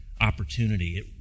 opportunity